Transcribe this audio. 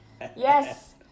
Yes